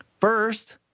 First